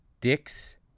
Dicks